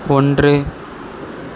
ஒன்று